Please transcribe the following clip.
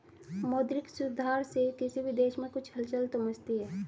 मौद्रिक सुधार से किसी भी देश में कुछ हलचल तो मचती है